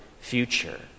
future